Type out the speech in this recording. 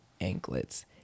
anklets